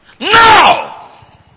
Now